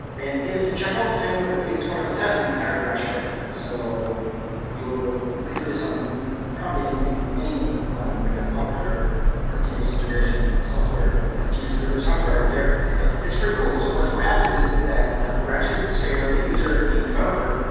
and if chekhov fails at least one of the tests, the entire branch fails. so you you can do this on probably any any one of the popular continuous integration software and continues delivery software out there, but it's pretty cool. so what what happens is that the branch gets failed, the user, the developer,